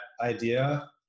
idea